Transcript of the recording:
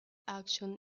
action